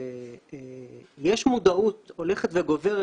ויש מודעות הולכת וגוברת